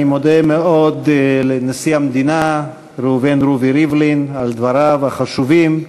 אני מודה מאוד לנשיא המדינה ראובן רובי ריבלין על דבריו החשובים.